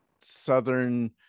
southern